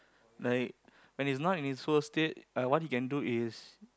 like when he's not in his soul state uh what he can do is